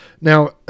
Now